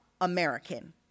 American